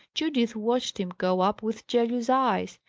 judith watched him go up with jealous eyes.